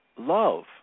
love